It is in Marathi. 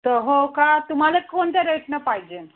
तर हो का तुम्हाला कोणत्या रेटनं पाहिजे आहे